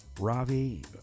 Ravi